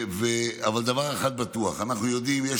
אבל דבר אחד בטוח: אנחנו יודעים שיש